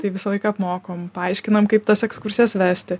tai visą laiką apmokom paaiškinam kaip tas ekskursijas vesti